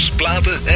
platen